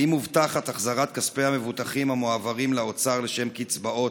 1. האם מובטחת החזרת כספי המבוטחים המועברים לאוצר לשם קצבאות,